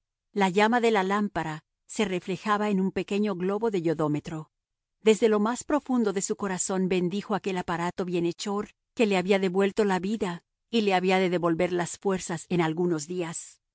la llama de la lámpara se reflejaba en un pequeño globo del yodómetro desde lo más profundo de su corazón bendijo aquel aparato bienhechor que le había devuelto la vida y le había de devolver las fuerzas en algunos días